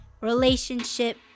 relationship